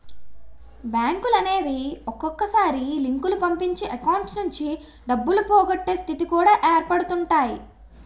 బ్యాంకులనేవి ఒక్కొక్కసారి లింకులు పంపించి అకౌంట్స్ నుంచి డబ్బులు పోగొట్టే స్థితి కూడా ఏర్పడుతుంటాయి